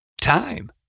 time